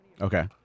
Okay